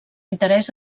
interès